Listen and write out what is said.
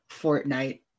Fortnite